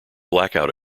blackout